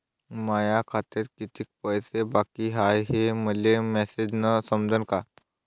माया खात्यात कितीक पैसे बाकी हाय हे मले मॅसेजन समजनं का?